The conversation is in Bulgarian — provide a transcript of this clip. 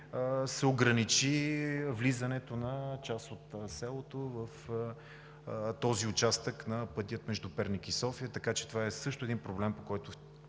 се ограничи влизането в част от селото – в този участък на пътя между Перник и София. Това е също един проблем, по който